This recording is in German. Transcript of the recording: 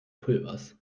pulvers